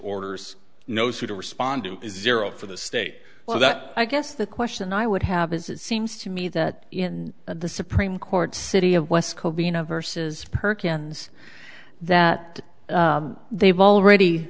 orders knows who to respond to zero for the state well that i guess the question i would have is it seems to me that in the supreme court city of west covina vs perkins that they have already